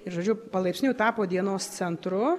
ir žodžiu palaipsniui tapo dienos centru